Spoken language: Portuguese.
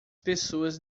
pessoas